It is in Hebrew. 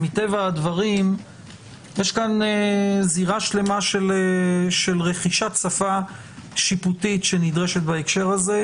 מטבע הדברים יש פה זירה שלמה של רכישת שפה שיפוטית שנדרשת בהקשר הזה.